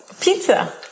pizza